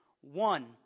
One